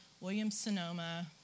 Williams-Sonoma